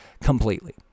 completely